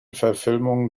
verfilmungen